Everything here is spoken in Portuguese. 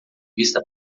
vista